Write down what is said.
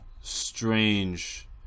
strange